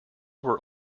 were